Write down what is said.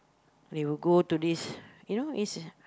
they will go to this you know is